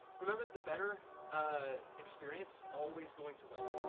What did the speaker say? remember the better ah experience is always going to win.